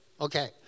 Okay